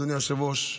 אדוני היושב-ראש,